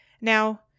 Now